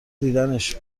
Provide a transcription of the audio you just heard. دیدنش